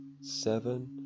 seven